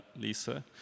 Lisa